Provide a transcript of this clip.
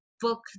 book